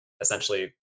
essentially